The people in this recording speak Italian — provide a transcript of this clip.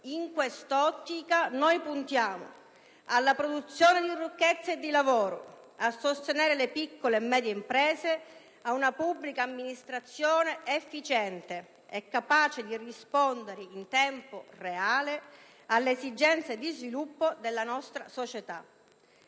In quest'ottica noi puntiamo: alla produzione di ricchezza e di lavoro; a sostenere le piccole e medie imprese; a una pubblica amministrazione efficiente e capace di rispondere in tempo reale alle esigenze di sviluppo della nostra società.